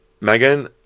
Megan